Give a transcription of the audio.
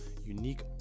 unique